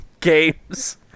games